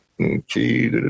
Okay